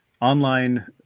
online